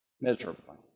Miserably